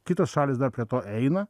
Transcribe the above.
kitos šalys dar prie to eina